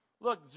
Look